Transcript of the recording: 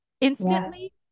instantly